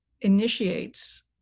initiates